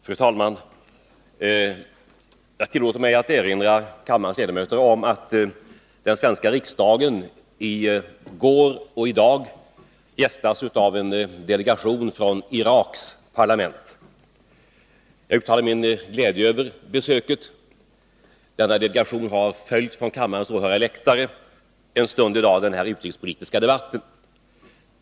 Fru talman! Jag tillåter mig att erinra kammarens ledamöter om att den svenska riksdagen i går och i dag gästas av en delegation från Iraks parlament. Jag uttalar min glädje över besöket. Denna delegation har från kammarens åhörarläktare en stund i dag följt denna utrikespolitiska debatt.